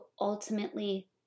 ultimately